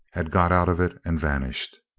had got out of it and vanished.